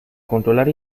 controlar